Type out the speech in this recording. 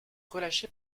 relâché